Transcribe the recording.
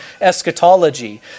eschatology